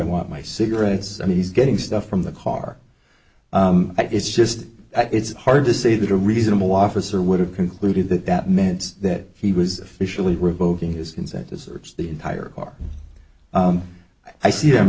want my cigarettes i mean he's getting stuff from the car but it's just it's hard to say that a reasonable officer would have concluded that that meant that he was officially revoking his consent to search the entire car i see the